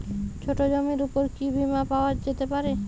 ছোট জমির উপর কি বীমা পাওয়া যেতে পারে?